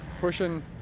pushing